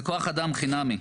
זה כוח אדם חינמי,